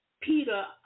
Peter